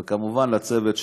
וכמובן, לצוות שלי,